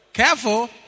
Careful